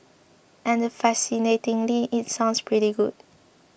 and fascinatingly it sounds pretty good